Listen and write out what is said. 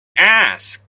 asked